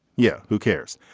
yeah who cares.